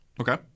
Okay